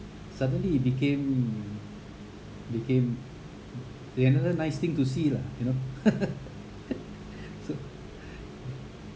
suddenly became became the another nice thing to see lah you know so